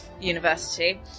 University